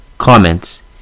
Comments